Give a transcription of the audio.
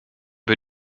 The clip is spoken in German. wir